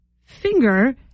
finger